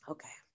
Okay